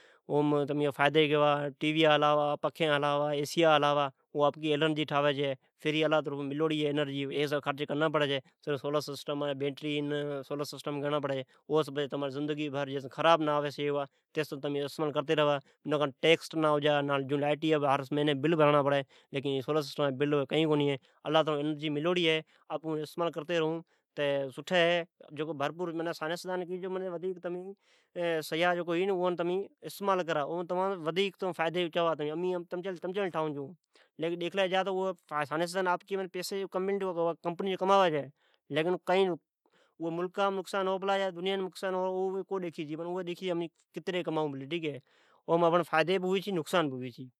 سولر جی فائیدی گیوا اوپر ٹی وی ھلاوا پکھین ھلاوا ،ایسیا ھلاوا اللہ جی ترفون فری اینرجی ڈی چھے ھیک دفا خرچ کرنا پڑے چھےسولر سسٹم این بینٹر پچھئ ھلاوتے ریوا جیستائین کو خراب نہ ھوی پچھے نہ اوجا ٹکس جون لائیٹی جا بل برنا پڑی چھے پر ایے سولر جا نہ بل ھے ۔سولر سسٹم جی فری اینرجی ملوڑو ھے ۔سائینسدان کئی چھے تمین شیا ودیک استعمال کرا اے شیا تمچے لے ھے۔ سائینس دان پیسی کمائی چھے اوئ کمپنی لے اوم فائیدی بہ ھی نقصان بی ھے۔